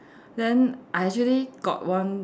then I actually got one